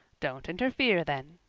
don't interfere then.